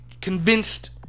convinced